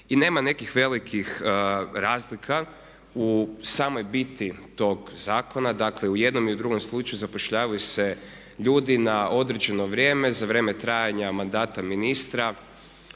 i nema nekih velikih razlika u samoj biti tog zakona. Dakle u jednom i u drugom slučaju zapošljavaju se ljudi na određeno vrijeme za vrijeme trajanja mandata ministra.